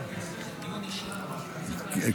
הבנקים לוקחים את הכסף, והם נותנים לנו משכנתאות.